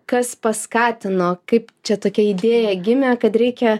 kas paskatino kaip čia tokia idėja gimė kad reikia